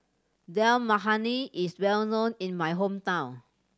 Dal Makhani is well known in my hometown